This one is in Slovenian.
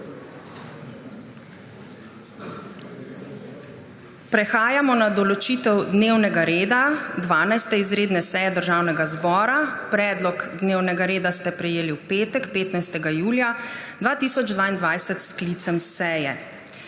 Prehajamo na določitev dnevnega reda 12. izredne seje Državnega zbora. Predlog dnevnega reda ste prejeli v petek, 15. julija 2022, s sklicem seje.